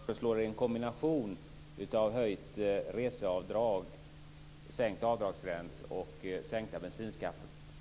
Fru talman! Moderaterna föreslår en kombination av höjt reseavdrag, sänkt avdragsgräns och sänkta